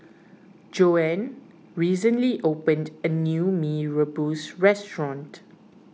Joann recently opened a new Mee Rebus restaurant